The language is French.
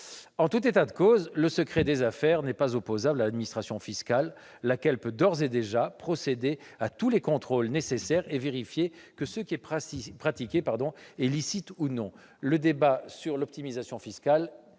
En tout état de cause, le secret des affaires n'est pas opposable à l'administration fiscale, laquelle peut d'ores et déjà procéder à tous les contrôles nécessaires et vérifier que ce qui est pratiqué est licite ou non. Le débat sur l'optimisation fiscale est,